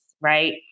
right